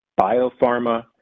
Biopharma